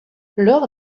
lors